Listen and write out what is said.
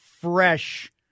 fresh